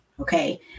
Okay